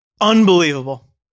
Unbelievable